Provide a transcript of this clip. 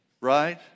right